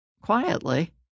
quietly